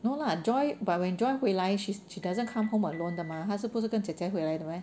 no lah joy but when joy 回来 she's she doesn't come home alone 的嘛她是不是跟姐姐回来的 meh